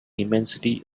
immensity